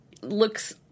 looks